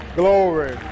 glory